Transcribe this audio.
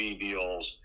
deals